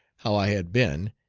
how i had been,